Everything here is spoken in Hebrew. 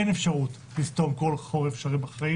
ואין אפשרות לסתום כל חור אפשרי בחיים